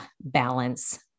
balance